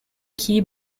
key